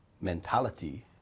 mentality